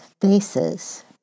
Faces